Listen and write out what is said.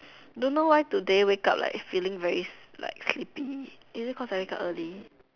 don't know why today wake up like feeling very like sleepy is it cause I wake up early